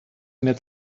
mehr